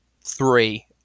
three